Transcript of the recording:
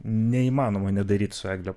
neįmanoma nedaryt su egle